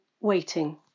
Waiting